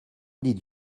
did